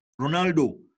Ronaldo